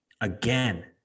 again